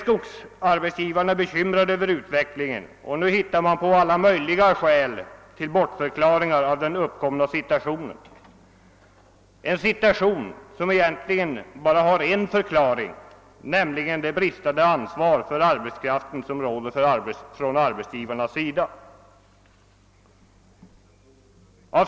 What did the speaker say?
Skogsarbetsgivarna är bekymrade över denna utveckling och hittar nu på alla möjliga sätt att bortförklara den uppkomna situationen, som egentligen bara har en förklaring, nämligen det bristande ansvar för arbetskraften som finns på arbetsgivarsidan.